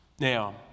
Now